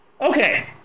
Okay